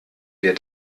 wir